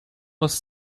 was